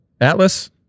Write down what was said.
Atlas